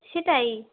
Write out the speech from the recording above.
সেটাই